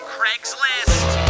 Craigslist